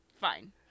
fine